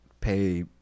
pay